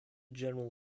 general